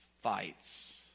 fights